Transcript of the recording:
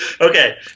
Okay